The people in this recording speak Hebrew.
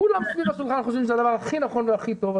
כולם סביב השולחן חושבים שהדבר הכי נכון והכי טוב,